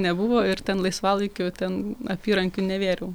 nebuvo ir ten laisvalaikiu ten apyrankių nevėriau